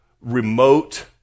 remote